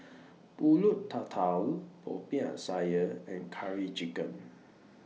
Pulut Tatal Popiah Sayur and Curry Chicken